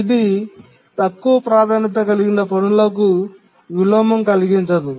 ఇది తక్కువ ప్రాధాన్యత కలిగిన పనుల కు విలోమం కలిగించదు